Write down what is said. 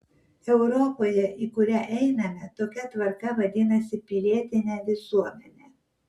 europoje į kurią einame tokia tvarka vadinasi pilietine visuomene